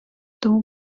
тому